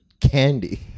candy